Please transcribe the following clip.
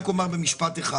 רק אומר במשפט אחד